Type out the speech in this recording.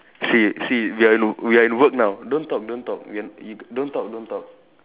Si Si we are in we are in work now don't talk don't talk we are in don't talk don't talk